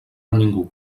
ningú